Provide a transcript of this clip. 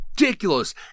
Ridiculous